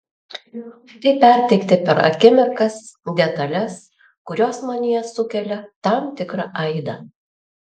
tai perteikti per akimirkas detales kurios manyje sukelia tam tikrą aidą